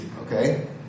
okay